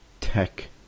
tech